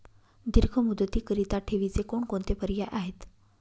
दीर्घ मुदतीकरीता ठेवीचे कोणकोणते पर्याय आहेत?